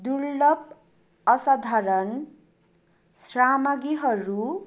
दुर्लभ असाधारण सामाग्रीहरू